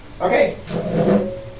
Okay